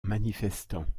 manifestants